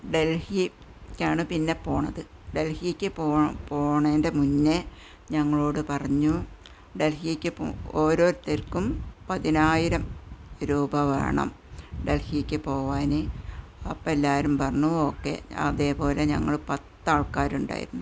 ഡല്ഹിക്കാണ് പിന്നെ പോണത് ഡല്ഹിക്ക് പോ പോണേന്റെ മുൻപേ ഞങ്ങളോടു പറഞ്ഞു ഡല്ഹിക്ക് പൊ ഓരോരുത്തര്ക്കും പതിനായിരം രൂപ വേണം ഡല്ഹിക്ക് പോകാൻ അപ്പോൾ എല്ലാവരും പറഞ്ഞു ഓക്കേ അതേപോലെ ഞങ്ങള് പത്ത് ആള്ക്കാരുണ്ടായിരുന്നു